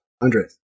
Andres